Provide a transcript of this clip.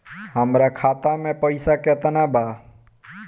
हमरा खाता में पइसा केतना बा?